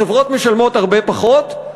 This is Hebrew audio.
החברות משלמות הרבה פחות,